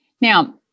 Now